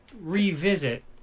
revisit